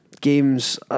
games